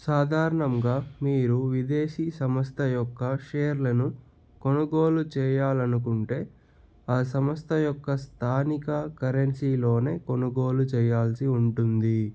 సాధారణంగా మీరు విదేశీ సంస్థ యొక్క షేర్లను కొనుగోలు చేయాలనుకుంటే ఆ సంస్థ యొక్క స్థానిక కరెన్సీలోనే కొనుగోలు చేయాల్సి ఉంటుంది